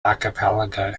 archipelago